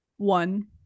one